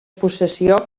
possessió